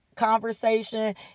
conversation